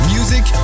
Music